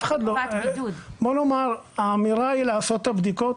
בואו נאמר, האמירה היא לעשות את הבדיקות,